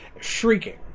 shrieking